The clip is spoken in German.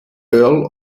earl